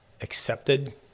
accepted